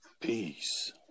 Peace